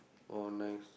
oh nice